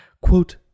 Quote